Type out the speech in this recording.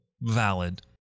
valid